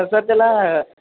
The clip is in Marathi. तसं त्याला